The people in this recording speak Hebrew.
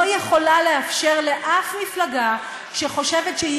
לא יכולה לאפשר לאף מפלגה שחושבת שהיא